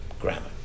grammar